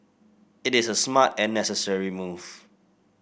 it is a smart and necessary move